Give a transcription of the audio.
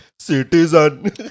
Citizen